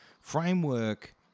framework